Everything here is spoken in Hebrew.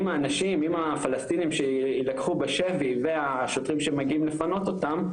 האנשים עם הפלסטינים שיילקחו בשבי והשוטרים שמגיעים לפנות אותם,